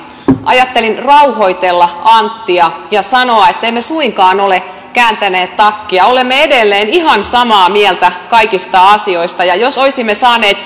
ajattelin rauhoitella anttia ja sanoa että emme suinkaan ole kääntäneet takkia olemme edelleen ihan samaa mieltä kaikista asioista ja jos olisimme saaneet